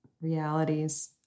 realities